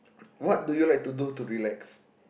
what do you like to do to relax